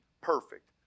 perfect